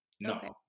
no